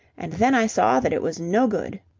and then i saw that it was no good.